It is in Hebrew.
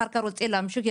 אחר כך רוצה להמשיך,